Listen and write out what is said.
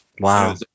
Wow